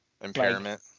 Impairment